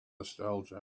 nostalgia